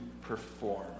perform